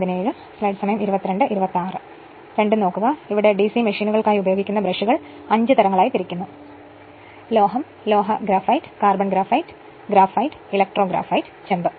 അതിനാൽ ഡിസി മെഷീനുകൾക്കായി ഉപയോഗിക്കുന്ന ബ്രഷുകൾ 5 തരങ്ങൾ ആയി തിരിച്ചിരിക്കുന്നു ലോഹം ലോഹ graphite carbon graphite graphite electro graphite ചെമ്പ്